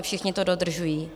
Všichni to dodržují.